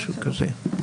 משהו כזה.